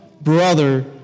brother